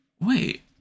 Wait